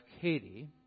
Katie